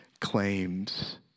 claims